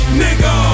nigga